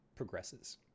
progresses